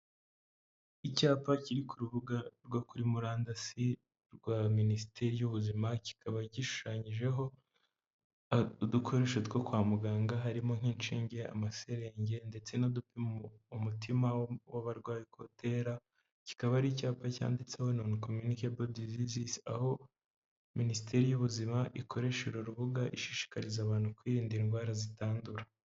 Icyapa kiri ku rubuga rwo kuri murandasi rwa minisiteri y'ubuzima kikaba gishushanyijeho udukoresho two kwa muganga harimo nk'inshinge, amaserenge ndetse n'udupima umutima w'abarwayi uko utera kikaba ari icyapa cyanditseho non communicable diseases aho minisiteri y'ubuzima ikoresha uru rubuga ishishikariza abantu kwirinda indwara zitandura.